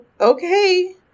okay